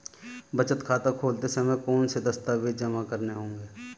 बचत खाता खोलते समय कौनसे दस्तावेज़ जमा करने होंगे?